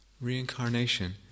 reincarnation